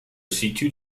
situe